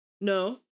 No